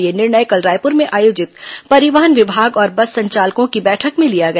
यह निर्णय कल रायपुर में आयोजित परिवहन विभाग और बस संचालकों की बैठक में लिया गया